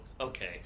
okay